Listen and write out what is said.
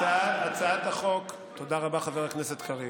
תודה רבה, חבר הכנסת קריב,